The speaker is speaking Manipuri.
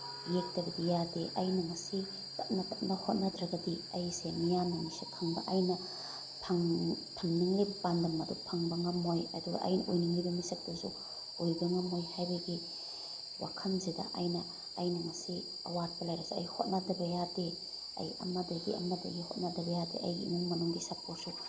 ꯑꯗꯨꯕꯨ ꯌꯦꯛꯇꯕꯗꯤ ꯌꯥꯗꯦ ꯑꯩꯅ ꯉꯁꯤ ꯇꯞꯅ ꯇꯞꯅ ꯍꯣꯠꯅꯗ꯭ꯔꯒꯗꯤ ꯑꯩꯁꯦ ꯃꯤꯌꯥꯝꯅ ꯃꯁꯛ ꯈꯪꯕ ꯑꯩꯅ ꯊꯝꯅꯤꯡꯂꯤꯕ ꯄꯥꯟꯗꯝ ꯑꯗꯣ ꯐꯪꯕ ꯉꯝꯃꯣꯏ ꯑꯗꯨꯒ ꯑꯩꯅ ꯑꯣꯏꯅꯤꯡꯂꯤꯕ ꯃꯤꯁꯛꯇꯨꯁꯨ ꯑꯣꯏꯕ ꯉꯝꯃꯣꯏ ꯍꯥꯏꯕꯒꯤ ꯋꯥꯈꯟꯁꯤꯗ ꯑꯩꯅ ꯑꯩꯅ ꯉꯁꯤ ꯑꯋꯥꯠꯄ ꯂꯩꯔꯁꯨ ꯑꯩ ꯍꯣꯠꯅꯗꯕ ꯌꯥꯗꯦ ꯑꯩ ꯑꯃꯗꯒꯤ ꯑꯃꯗꯒꯤ ꯍꯣꯠꯅꯗꯕ ꯌꯥꯗꯦ ꯑꯩ ꯏꯃꯨꯡ ꯃꯅꯨꯡꯒꯤ ꯁꯄꯣꯔꯠꯁꯨ